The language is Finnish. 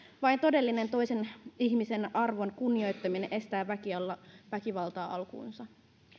vain todellinen toisen ihmisen arvon kunnioittaminen estää väkivaltaa alkuunsa